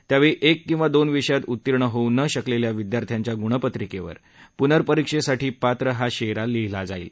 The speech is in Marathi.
त्यावेळी एक किंवा दोन विषयात उत्तीर्ण होऊ न शकलेल्या विद्यार्थ्यांच्या गुणपत्रिकेवर पुर्नपरीक्षेसाठी पात्र हा शेरा लिहिला जाईल